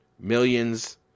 millions